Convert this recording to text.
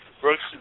Brooks